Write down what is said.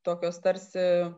tokios tarsi